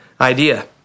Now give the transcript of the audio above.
idea